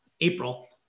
April